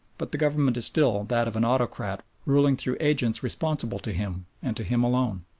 but the government is still that of an autocrat ruling through agents responsible to him, and to him alone.